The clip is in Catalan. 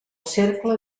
cercle